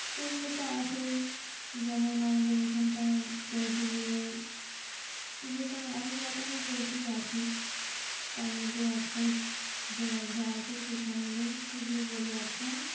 সেগুলো তো আছেই যেমন আমাদের এখানটায় পোলট্রিগুলো যে কোনো অনেক রকমের পোলট্রিই আছে তার মধ্যে একটাই উপলব্ধ আছে সেটা হলো বলে একটা